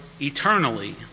eternally